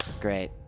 Great